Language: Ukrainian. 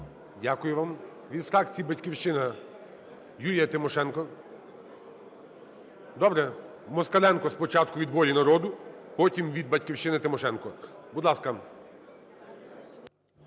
Дякую вам. Від фракції "Батьківщина" Юлія Тимошенко. Добре, Москаленко спочатку від "Воля народу". Потім від "Батьківщина" – Тимошенко. Будь ласка.